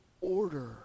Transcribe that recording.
order